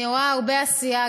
אני רואה הרבה עשייה,